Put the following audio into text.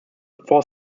four